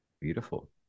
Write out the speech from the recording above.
beautiful